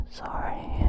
sorry